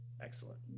excellent